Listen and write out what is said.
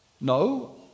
No